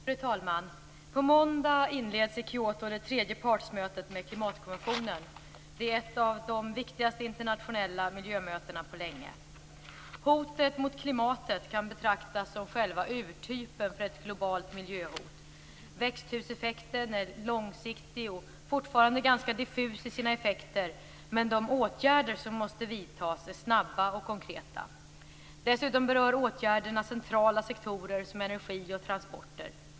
Fru talman! På måndag inleds i Kyoto det tredje partsmötet om klimatkonventionen. Det är ett av de viktigaste internationella miljömötena på länge. Hotet mot klimatet kan betraktas som själva urtypen för ett globalt miljöhot. Växthuseffekten är långsiktig och fortfarande ganska diffus i sina effekter. Men de åtgärder som måste vidtas är snabba och konkreta. Dessutom berör åtgärderna centrala sektorer som energi och transporter.